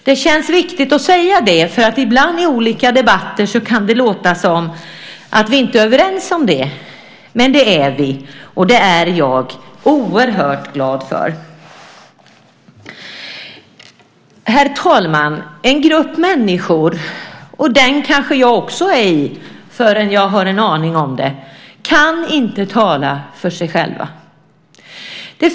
Det känns viktigt att säga det, för ibland i olika debatter kan det låta som om vi inte är överens om det. Men det är vi, och det är jag oerhört glad för. Herr talman! En grupp människor, och den kanske jag också hamnar i innan jag har en aning om det, kan inte tala för sig själv.